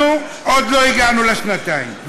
אנחנו עוד לא הגענו לשנתיים,